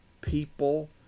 people